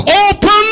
open